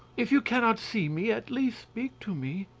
if you cannot see me, at least speak to me.